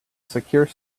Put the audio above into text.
secure